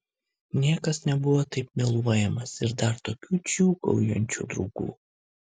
niekas nebuvo taip myluojamas ir dar tokių džiūgaujančių draugų